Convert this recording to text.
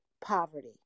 Poverty